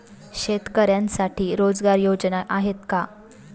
शेतकऱ्यांसाठी रोजगार योजना आहेत का?